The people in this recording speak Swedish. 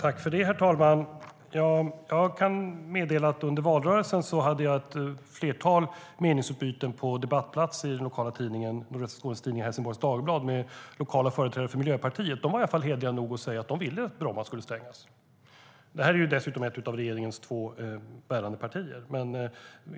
Herr talman! Jag kan meddela att under valrörelsen hade jag ett flertal meningsutbyten på debattplats i den lokala tidningen Nordvästra Skånes Tidningar - Helsingborgs Dagblad med lokala företrädare för Miljöpartiet. De var i alla fall hederliga nog att säga att de ville att Bromma skulle stängas. Det är dessutom ett av regeringens två bärande partier.